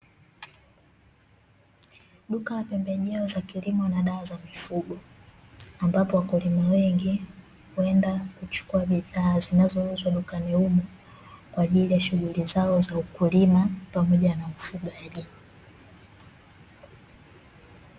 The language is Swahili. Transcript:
Duka la pembejeo za kilimo na dawa za mifugo, ambapo wakulima wengi huenda kuchukua bidhaa zinazouzwa dukani humo, kwa ajili ya shughuli zao za ukulima pamoja na ufugaji.